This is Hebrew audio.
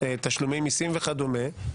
תשלומי מיסים וכדומה,